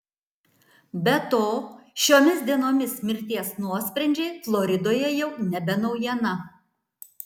be to šiomis dienomis mirties nuosprendžiai floridoje jau nebe naujiena